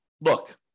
look